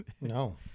No